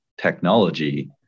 technology